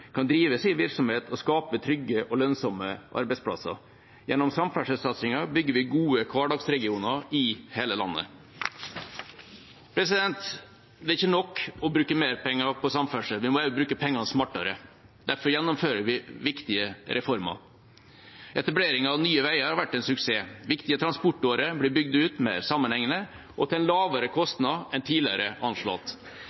kan drive sin virksomhet og skape trygge og lønnsomme arbeidsplasser. Gjennom samferdselssatsingen bygger vi gode hverdagsregioner i hele landet. Det er ikke nok å bruke mer penger på samferdsel. Vi må også bruke pengene smartere. Derfor gjennomfører vi viktige reformer. Etableringen av Nye Veier har vært en suksess. Viktige transportårer blir bygd ut mer sammenhengende og til en lavere